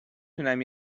تونم